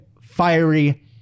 fiery